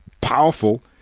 powerful